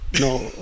No